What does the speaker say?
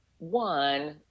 One